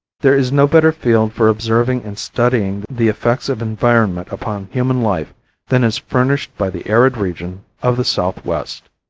there is no better field for observing and studying the effects of environment upon human life than is furnished by the arid region of the southwest.